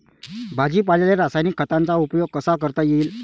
भाजीपाल्याले रासायनिक खतांचा उपयोग कसा करता येईन?